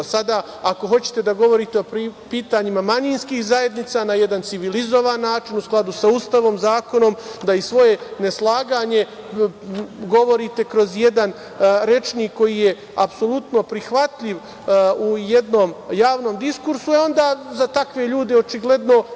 sada ako hoćete da govorite o pitanjima manjinskih zajednica na jedan civilizovan način, u skladu sa Ustavom, zakonom, da i svoje neslaganje govorite kroz jedan rečnik koji je apsolutno prihvatljiv u jednom javnom diskursu, e onda za takve ljude očigledno